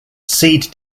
seed